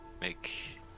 make